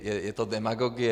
Je to demagogie.